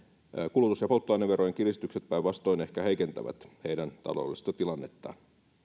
kulutus ja polttoaineverojen kiristykset päinvastoin ehkä heikentävät heidän taloudellista tilannettaan